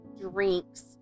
drinks